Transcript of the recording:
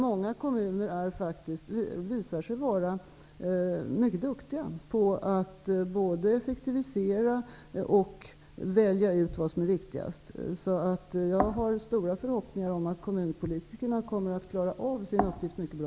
Många kommuner visar sig vara mycket duktiga på att effektivisera och välja ut vad som är viktigast. Jag har stora förhoppningar om att kommunpolitikerna kommer att klara sin uppgift mycket bra.